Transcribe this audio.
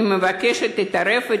אני מבקשת שתתערב,